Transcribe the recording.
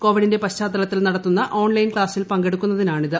കോവിഡ്ന്റെ പശ്ചാത്തലത്തിൽ നടത്തുന്ന ഓൺലൈൻ ക്സാസിൽ പങ്കെടുക്കുന്നതിനാണിത്